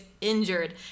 injured